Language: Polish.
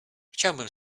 chciałbym